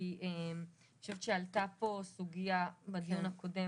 כי אני חושבת שעלתה פה סוגיה בדיון הקודם,